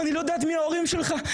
אני לא יודעת מי ההורים שלך,